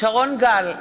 שרון גל,